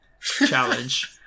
challenge